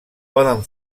poden